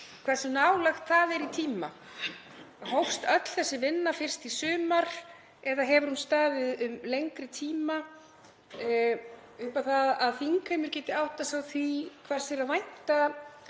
hversu nálægt það er í tíma. Hófst öll þessi vinna fyrst í sumar eða hefur hún staðið um lengri tíma, upp á það að þingheimur geti áttað sig á því hvers er að vænta